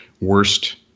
worst